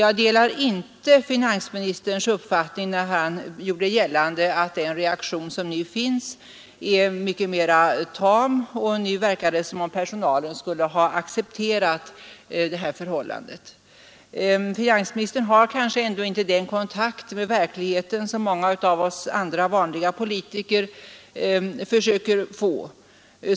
Jag delar inte finansministerns uppfattning när han gör gällande att den reaktion som nu finns blivit mera tam och att det verkade som om personalen skulle ha accepterat beslutet om utlokalisering. Finansministern har kanske ändå inte den kontakt med verkligheten som många av oss andra vanliga politiker försöker få.